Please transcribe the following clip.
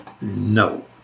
no